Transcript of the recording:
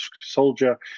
soldier